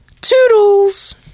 Toodles